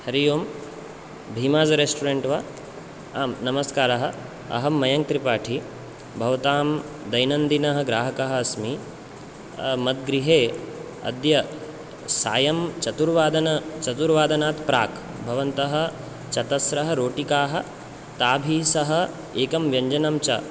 हरि ओं बीमास् रेस्टोरेण्ट् वा आं नमस्कारः अहं मयङ्क् त्रिपाठि भवतां दैनन्दनः ग्राहकः अस्मि मद्ग्रृहे अद्य सायं चतुर्वदन चतुर्वादनात् प्राक् भवन्तः चतस्रः रोटिकाः ताभिः सह एकं व्यञ्जनं च